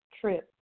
trip